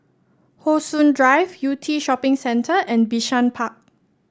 How Sun Drive Yew Tee Shopping Centre and Bishan Park